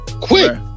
quick